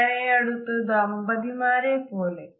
വളരെ അടുത്ത ദമ്പതിമാരെ പോലെ